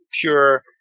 pure